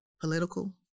political